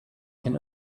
can